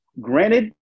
Granted